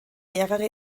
mehrere